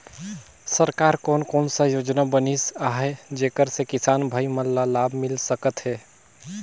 सरकार कोन कोन सा योजना बनिस आहाय जेकर से किसान भाई मन ला लाभ मिल सकथ हे?